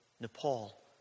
Nepal